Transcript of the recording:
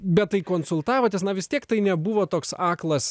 bet tai konsultavotės na vis tiek tai nebuvo toks aklas